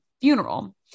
funeral